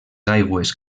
aigües